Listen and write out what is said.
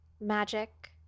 magic